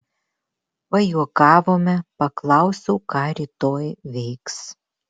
pajuokavome paklausiau ką rytoj veiks